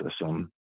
system